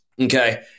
Okay